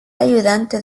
ayudante